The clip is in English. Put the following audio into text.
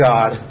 God